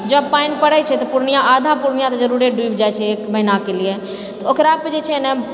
जब पानि पड़ै छै तऽ पूर्णिया आधा पूर्णिया तऽ जरुरे डूबि जाइत छै एक महिनाके लिए तऽ ओकरा पर जे छै ने